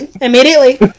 immediately